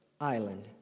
island